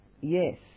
yes